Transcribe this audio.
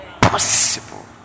possible